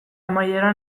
amaiera